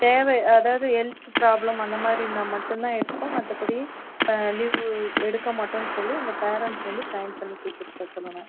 தேவை அதாவது health problem அந்த மாதிரி இருந்தால் மட்டும் தான் எடுப்போம் மற்றபடி லீவு எடுக்க மாட்டோன் சொல்லி உங்கள் பேரண்ட்ஸ் வந்து சைன் பண்ணிக் கொடுத்துட்டு போக சொல்லுங்கள்